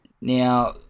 Now